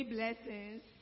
blessings